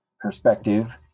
perspective